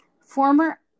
former